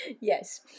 yes